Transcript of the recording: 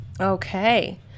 Okay